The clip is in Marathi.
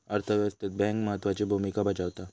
अर्थ व्यवस्थेत बँक महत्त्वाची भूमिका बजावता